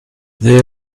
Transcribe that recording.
they